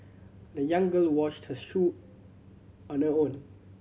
the young girl washed her shoe on her own